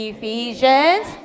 Ephesians